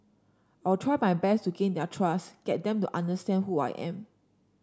I'll try my best to gain their trust get them to understand who I am